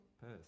Perth